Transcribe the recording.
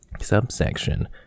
Subsection